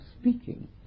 speaking